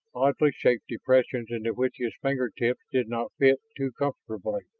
oddly shaped impressions into which his finger tips did not fit too comfortably.